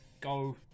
go